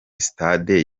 sitade